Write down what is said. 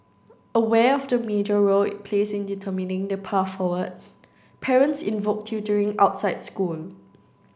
aware of the major role it plays in determining the path forward parents invoke tutoring outside school